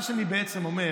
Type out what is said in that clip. מה שאני בעצם אומר